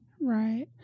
Right